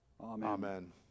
Amen